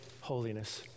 holiness